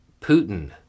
Putin